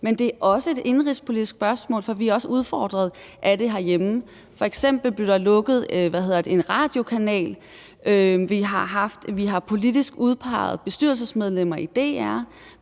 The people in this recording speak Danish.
men det er også et indenrigspolitisk spørgsmål, for vi er også udfordret af det herhjemme. F.eks. blev der lukket en radiokanal, vi har politisk udpegede bestyrelsesmedlemmer i DR,